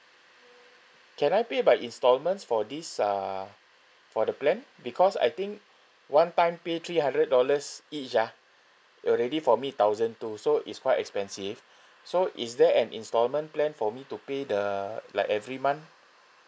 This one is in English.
can I pay by instalments for this uh for the plan because I think one time pay three hundred dollars each ah already for me thousand two so is quite expensive so is there an instalment plan for me to pay the like every month